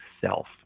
self